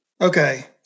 Okay